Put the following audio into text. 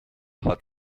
hat